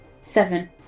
Seven